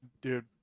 dude